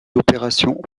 opérations